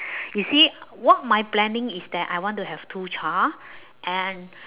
you see what my planning is that I want to have two child and